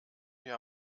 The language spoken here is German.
wir